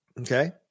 Okay